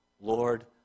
Lord